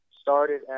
started